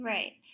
Right